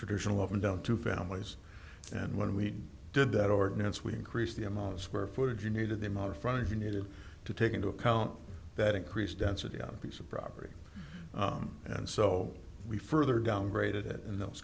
traditional up and down two families and when we did that ordinance would increase the amount of square footage you needed them over from if you needed to take into account that increase density on a piece of property and so we further downgraded it in those